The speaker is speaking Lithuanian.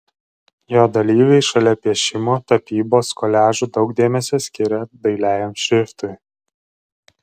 jo dalyviai šalia piešimo tapybos koliažų daug dėmesio skiria dailiajam šriftui